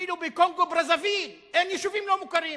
אפילו בקונגו-ברזוויל אין יישובים לא מוכרים.